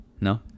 No